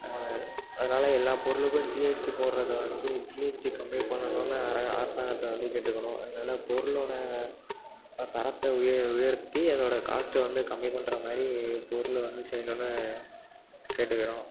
அதனால எல்லா பொருளுக்கும் ஜிஎஸ்ட்டி போடுறத வந்து ஜிஎஸ்ட்டி கம்மி பண்ணனும்னு அர அரசாங்கத்தை வந்து கேட்டுக்கணும் அதனால பொருளோடய தரத்தை உய உயர்த்தி அதோடய காஸ்ட்டை வந்து கம்மி பண்ணுற மாதிரி பொருளை வந்து செய்யணும்னு கேட்டுக்கிறோம்